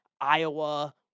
Iowa